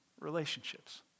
relationships